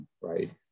right